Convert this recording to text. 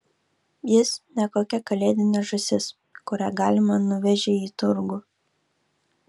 jis ne kokia kalėdinė žąsis kurią galima nuvežei į turgų